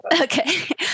Okay